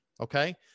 Okay